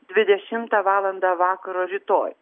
dvidešimtą valandą vakaro rytoj